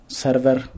server